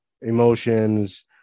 emotions